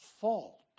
fault